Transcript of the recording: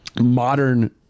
modern